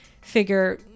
figure